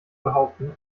behaupten